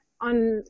on